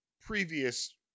previous